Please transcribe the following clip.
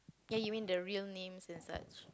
ya you mean the real names and such